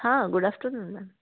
हाँ good afternoon ma'am